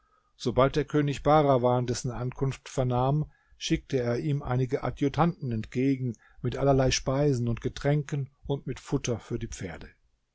sobald der könig bahrawan dessen ankunft vernahm schickte er ihm einige adjutanten entgegen mit allerlei speisen und getränken und mit futter für die pferd